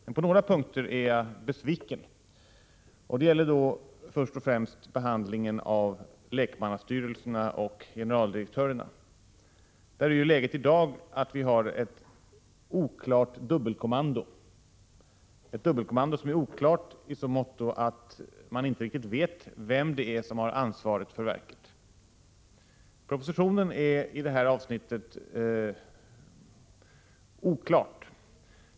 Men på några punkter är jag besviken. Det gäller först och främst behandlingen av lekmannastyrelserna och generaldirektörerna. Där är läget i dag det, att vi har ett dubbelkommando som är oklart i så måtto att man inte riktigt vet vem som har ansvaret för verket. Propositionen är i det här avsnittet oklar.